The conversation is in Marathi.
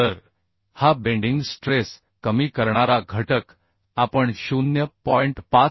तर हा बेंडिंग स्ट्रेस कमी करणारा घटक आपण 0